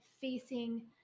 facing